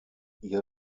ihr